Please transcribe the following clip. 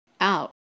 out